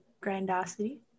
grandiosity